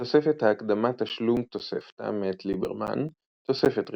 בתוספת ההקדמה תשלום תוספתא מאת ליברמן; תוספת ראשונים,